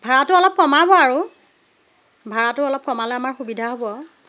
ভাড়াটো অলপ কমাব আৰু ভাড়াটো অলপ কমালে আমাৰ সুবিধা হ'ব আৰু